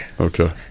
Okay